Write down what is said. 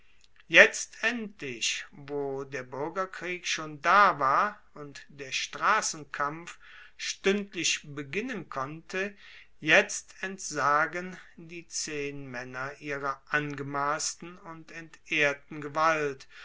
jetzt endlich wo der buergerkrieg schon da war und der strassenkampf stuendlich beginnen konnte jetzt entsagen die zehnmaenner ihrer angemassten und entehrten gewalt